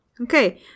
Okay